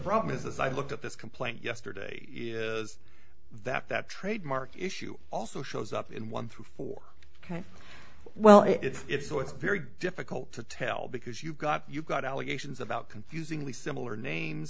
problem as i look at this complaint yesterday is that that trademark issue also shows up in one through four ok well it's so it's very difficult to tell because you've got you've got allegations about confusingly similar names